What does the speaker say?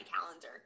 calendar